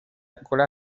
cola